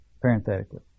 Parenthetically